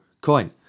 coin